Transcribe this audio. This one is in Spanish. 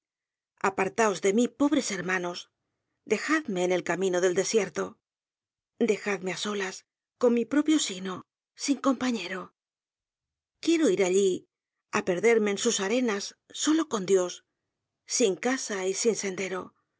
apartaos de mí pobres hermanos dejadme en el camino del desierto dejadme á solas con mi propio sino sin compañero quiero ir allí á perderme en sus arenas solo con dios sin casa y sin sendero